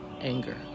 anger